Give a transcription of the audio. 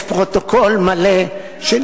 הם לא שותפים למסקנות.